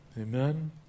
Amen